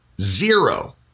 zero